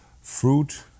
fruit